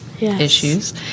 issues